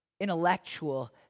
intellectual